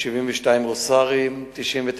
72 רימוני רסס,